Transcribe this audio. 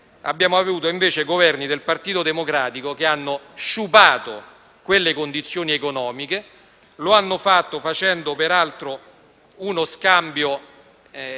abbiamo avuto invece Governi a guida del Partito Democratico che hanno sciupato quelle condizioni economiche. Lo hanno fatto facendo, peraltro, uno scambio, che noi